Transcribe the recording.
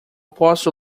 posso